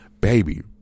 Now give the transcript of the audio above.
baby